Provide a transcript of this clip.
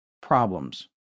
Problems